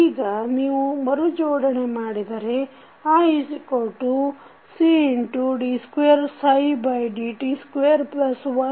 ಈಗ ನೀವು ಮರುಜೋಡಣೆ ಮಾಡಿದರೆ iCd2dt21Rdψdt1L